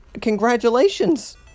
Congratulations